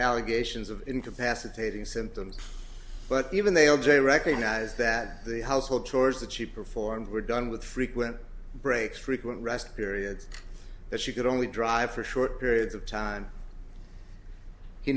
allegations of incapacitating symptoms but even they are j recognize that the household chores the cheap performed were done with frequent breaks frequent rest periods that she could only drive for short periods of time he